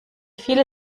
viele